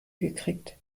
gekriegt